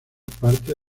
parte